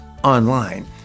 online